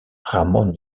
ramon